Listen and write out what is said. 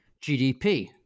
GDP